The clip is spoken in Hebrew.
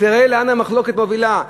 תראה לאן המחלוקת מובילה.